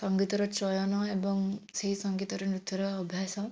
ସଙ୍ଗୀତର ଚୟନ ଏବଂ ସେଇ ସଙ୍ଗୀତର ନୃତ୍ୟର ଅଭ୍ୟାସ